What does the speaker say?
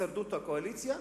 את הישרדות הקואליציה,